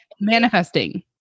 manifesting